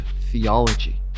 theology